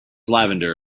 lavender